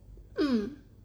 mm